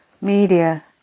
media